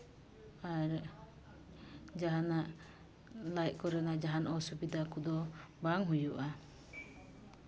ᱟᱨ ᱡᱟᱦᱟᱱᱟᱜ ᱞᱟᱡ ᱠᱚᱨᱮᱱᱟᱜ ᱡᱟᱦᱟᱱ ᱚᱥᱩᱵᱤᱫᱷᱟ ᱠᱚᱫᱚ ᱵᱟᱝ ᱦᱩᱭᱩᱜᱼᱟ